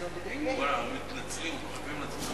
(אומר בשפה הערבית: עשר דקות.) אדוני היושב-ראש,